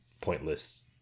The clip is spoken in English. pointless